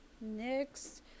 Next